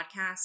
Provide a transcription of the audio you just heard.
podcasts